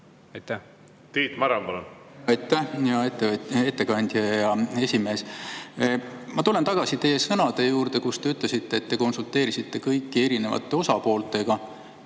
Aitäh! Hea ettekandja ja esimees! Ma tulen tagasi teie sõnade juurde. Te ütlesite, et te konsulteerisite kõigi erinevate osapooltega,